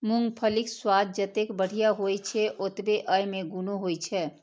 मूंगफलीक स्वाद जतेक बढ़िया होइ छै, ओतबे अय मे गुणो होइ छै